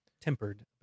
tempered